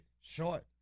short